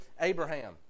Abraham